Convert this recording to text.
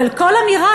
אבל כל אמירה,